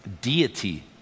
deity